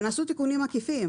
ונעשו תיקונים עקיפים.